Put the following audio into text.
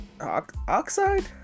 Oxide